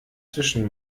zwischen